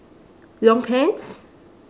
long pants